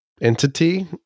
entity